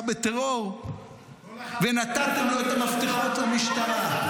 בטרור ונתתם לו את המפתחות למשטרה.